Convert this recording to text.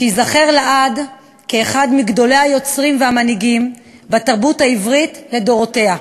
שייזכר לעד כאחד מגדולי היוצרים והמנהיגים בתרבות העברית לדורותיה.